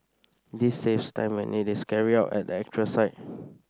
this saves time when it is carried out at the actual site